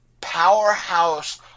powerhouse